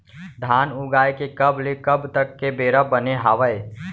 धान उगाए के कब ले कब तक के बेरा बने हावय?